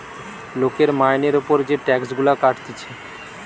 লোকের মাইনের উপর যে টাক্স গুলা কাটতিছে